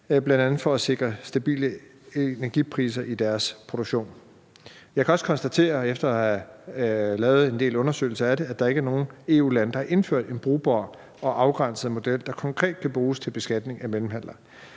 bl.a. for at sikre stabile energipriser i deres produktion. Jeg kan også konstatere, efter at have lavet en del undersøgelse af det, at der ikke er nogen EU-lande, der har indført en brugbar og afgrænset model, der konkret kan bruges til beskatning af mellemhandlere.